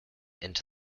into